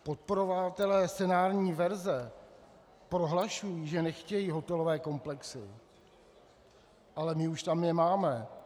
Podporovatelé senátní verze prohlašují, že nechtějí hotelové komplexy, ale my už je tam máme.